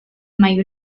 mai